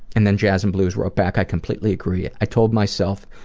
and then jazzandblues wrote back, i completely agree. i told myself